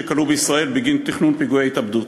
שכלוא בישראל בגין תכנון פיגועי התאבדות.